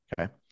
Okay